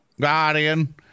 Guardian